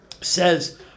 says